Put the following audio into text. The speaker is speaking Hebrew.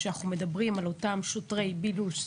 שאנחנו מדברים על אותם שוטרי בילוש,